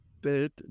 bit